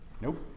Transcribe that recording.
Nope